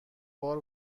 بار